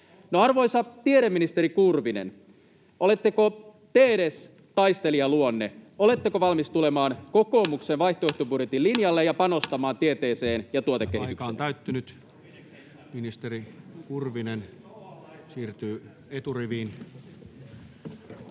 Arvoisa tiedeministeri Kurvinen, oletteko edes te taistelijaluonne? Oletteko valmis tulemaan kokoomuksen vaihtoehtobudjetin linjalle ja panostamaan tieteeseen ja tuotekehitykseen? [Ben Zyskowicz: Kurvinen kentälle!